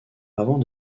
avant